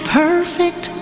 perfect